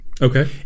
Okay